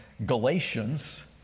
Galatians